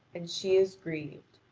and she is grieved.